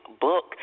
book